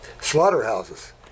Slaughterhouses